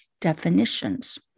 definitions